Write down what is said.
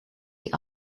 die